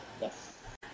Yes